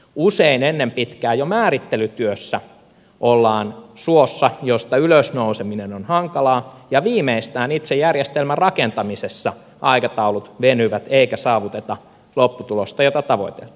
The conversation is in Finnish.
usein ennen pitkää jo määrittelytyössä ollaan suossa josta ylös nouseminen on hankalaa ja viimeistään itse järjestelmän rakentamisessa aikataulut venyvät eikä saavuteta lopputulosta jota tavoiteltiin